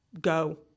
go